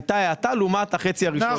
הייתה האטה לעומת החצי הראשון.